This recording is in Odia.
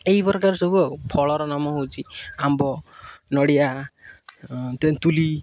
ଏହି ପ୍ରକାର ସବୁ ଆଉ ଫଳର ନାମ ହେଉଛି ଆମ୍ବ ନଡ଼ିଆ ତେନ୍ତୁଲି